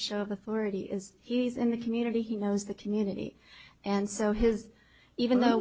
of authority is he's in the community he knows the community and so his even though